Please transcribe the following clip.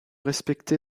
respecté